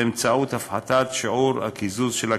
באמצעות הפחתת שיעור הקיזוז של הקצבה.